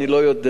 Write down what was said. אני לא יודע,